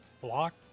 block